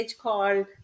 called